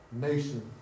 nation